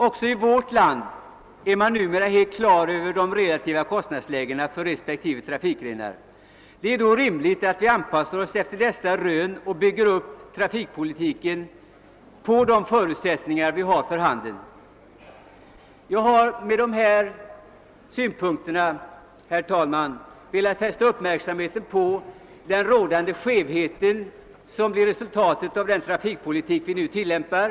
Också i vårt land är man numera helt på det klara med de relativa kostnadslägena för respektive trafikgrenar. Det är då rimligt att vi anpassar oss efter dessa rön och bygger upp trafikpolitiken på de förutsättningar vi har för handen. Jag har med dessa synpunkter, herr talman, velat fästa uppmärksamheten på den rådande skevheten, som blivit resultatet av den trafikpolitik vi nu tillämpar.